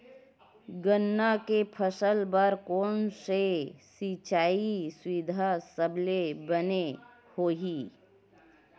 गन्ना के फसल बर कोन से सिचाई सुविधा सबले बने होही?